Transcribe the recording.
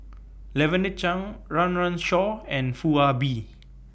Lavender Chang Run Run Shaw and Foo Ah Bee